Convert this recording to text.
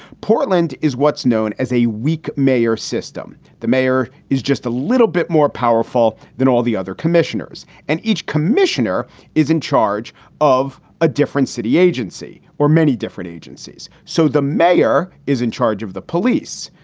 portland is what's known as a weak mayor system. the mayor is just a little bit more powerful than all the other commissioners. and each commissioner is in charge of a different city agency or many different agencies. so the mayor is in charge of the police.